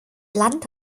land